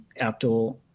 outdoor